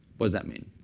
does that mean?